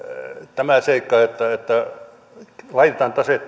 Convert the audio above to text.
tämä seikka että laitetaan taseet